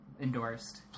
endorsed